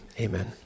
amen